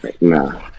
nah